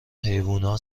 حیوونا